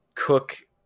Cook